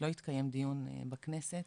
לא התקיים דיון בכנסת,